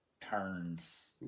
turns